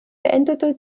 beendete